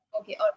okay